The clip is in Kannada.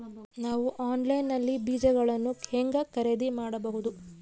ನಾವು ಆನ್ಲೈನ್ ನಲ್ಲಿ ಬೇಜಗಳನ್ನು ಹೆಂಗ ಖರೇದಿ ಮಾಡಬಹುದು?